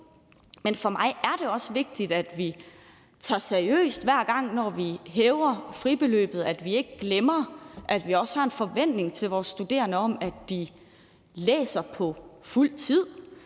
Men for mig er det også vigtigt, at vi tager det seriøst, hver gang vi hæver fribeløbet, sådan at vi ikke glemmer, at vi også har en forventning til vores studerende om, at de læser på fuld tid,